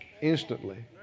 instantly